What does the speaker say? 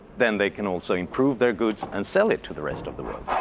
then they can also improve their goods and sell it to the rest of the world.